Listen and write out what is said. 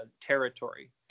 territory